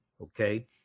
okay